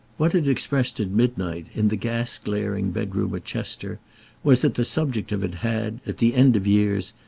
what it expressed at midnight in the gas-glaring bedroom at chester was that the subject of it had, at the end of years,